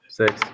six